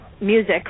music